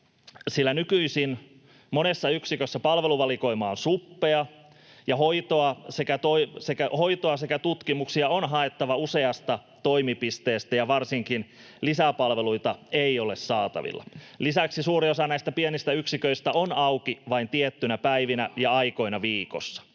nykyisin monessa yksikössä palveluvalikoima on suppea ja hoitoa ja tutkimuksia on haettava useasta toimipisteestä, ja varsinkaan lisäpalveluita ei ole saatavilla. Lisäksi suuri osa näistä pienistä yksiköistä on auki vain tiettyinä päivinä ja aikoina viikossa,